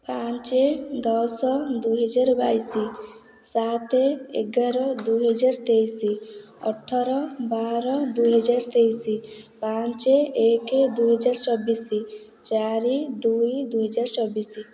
ପାଞ୍ଚ ଦଶ ଦୁଇହଜାର ବାଇଶି ସାତ ଏଗାର ଦୁଇହଜାର ତେଇଶି ଅଠର ବାର ଦୁଇହଜାର ତେଇଶ ପାଞ୍ଚ ଏକ ଦୁଇହଜାର ଚବିଶ ଚାରି ଦୁଇ ଦୁଇହଜାର ଚବିଶ